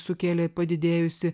sukėlė padidėjusį